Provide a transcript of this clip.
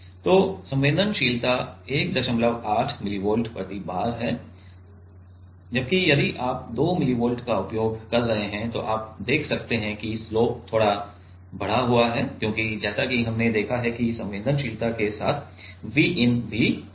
तो संवेदनशीलता 18 मिलीवोल्ट प्रति bar है जबकि यदि आप 2 मिलीवोल्ट का उपयोग कर रहे हैं तो आप देख सकते हैं कि स्लोप थोड़ा बढ़ा हुआ है क्योंकि जैसा कि हमने देखा है कि संवेदनशीलता के साथ Vin भी आता है